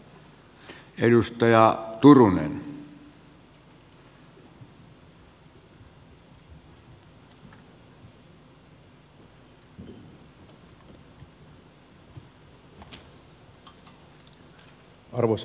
arvoisa puhemies